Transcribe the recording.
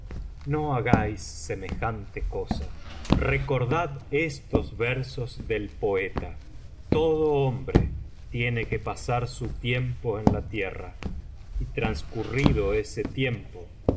no hagáis semejante cosa recordad estos versos del poeta todo hombre tiene que pasar su tiempo en la tierra transcurrido ese tiempo